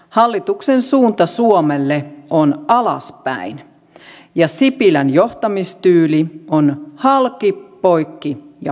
hallituksen suunta suomelle on alaspäin ja sipilän johtamistyyli on halki poikki ja pinoon